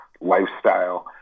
lifestyle